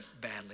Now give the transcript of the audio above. badly